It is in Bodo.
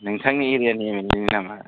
नोंथांनि एरियानि एम एल ए नि नामा